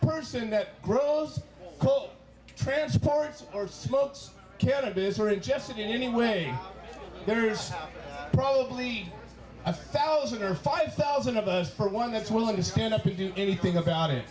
person that grows transports or smokes cannabis were it tested in any way there's probably a thousand or five thousand of us per one that's willing to stand up and do anything about it